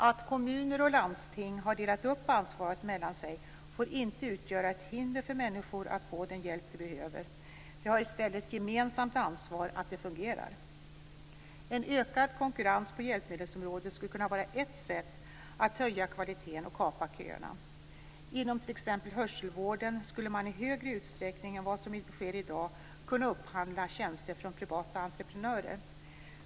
Att kommuner och landsting har delat upp ansvaret mellan sig får inte utgöra ett hinder för människor att få den hjälp som de behöver. Kommuner och landsting har i stället ett gemensamt ansvar för att det hela fungerar. En ökad konkurrens på hjälpmedelsområdet skulle kunna vara ett sätt att höja kvaliteten och kapa köerna. Inom t.ex. hörselvården skulle man i större utsträckning än vad som i dag sker kunna upphandla tjänster från privata entreprenörer.